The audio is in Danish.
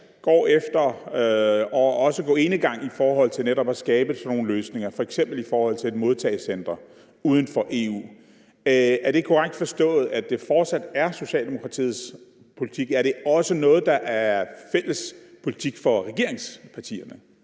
går efter at gå enegang i forhold til netop at skabe sådan nogle løsninger, f.eks. i forhold til et modtagecenter uden for EU. Er det korrekt forstået, at det fortsat er Socialdemokratiets politik? Er det også noget, der er en fælles politik for regeringspartierne?